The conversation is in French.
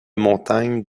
montagnes